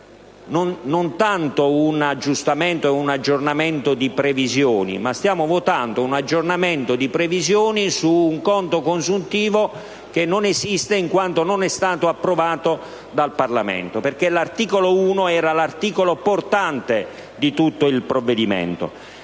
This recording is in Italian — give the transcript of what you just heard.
votando non tanto un aggiornamento di previsioni, bensì un aggiornamento di previsioni su un conto consuntivo che non esiste, in quanto non è stato approvato dal Parlamento, perché l'articolo 1 è quello portante di tutto il provvedimento.